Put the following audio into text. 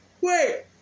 Wait